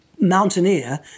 mountaineer